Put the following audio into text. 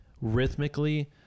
rhythmically